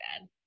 bad